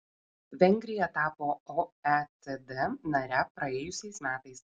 vengrija tapo oecd nare praėjusiais metais